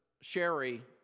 sherry